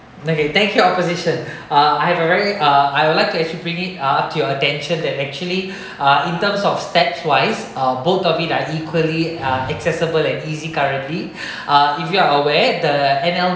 okay thank you opposition uh I have already uh I would like to actually bring it up to your attention that actually in terms of stats wise uh both of you are equally uh accessible and easy currently if you are aware the N_L_B